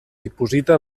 diposita